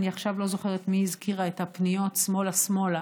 אני עכשיו לא זוכרת מי הזכירה את הפניות שמאלה שמאלה,